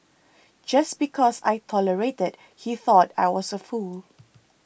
just because I tolerated he thought I was a fool